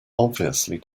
obviously